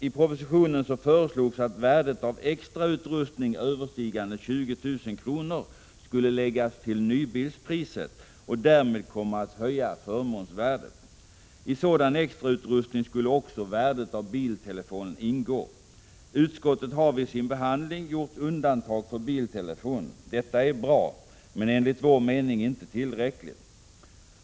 I propositionen föreslogs att värdet av extrautrustning överstigande 20 000 kr. skulle läggas till nybilspriset och därmed komma att höja förmånsvärdet. I sådan extrautrustning skulle också värdet av biltelefon ingå. Utskottet har vid sin behandling gjort undantag för biltelefon. Detta är bra, men enligt vår mening inte tillräckligt.